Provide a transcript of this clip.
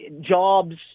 jobs